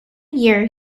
year